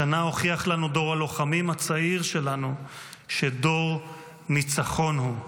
השנה הוכיח לנו דור הלוחמים הצעיר שלנו שדור ניצחון הוא.